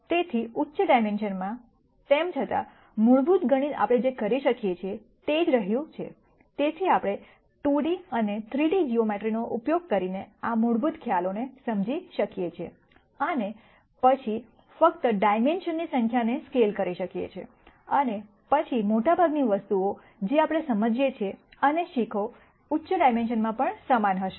તેથી ઉચ્ચ ડાઈમેન્શનમાં તેમ છતાં મૂળભૂત ગણિત આપણે જે કરી શકીએ છીએ તે જ રહ્યું છે તેથી આપણે 2D અને 3D જીઓમેટ્રિનો ઉપયોગ કરીને આ મૂળભૂત ખ્યાલોને સમજી શકીએ છીએ અને પછી ફક્ત ડાઈમેન્શનની સંખ્યાને સ્કેલ કરી શકીએ છીએ અને પછી મોટાભાગની વસ્તુઓ જે આપણે સમજીએ છીએ અને શીખો ઉચ્ચ ડાઈમેન્શનમાં પણ સમાન હશે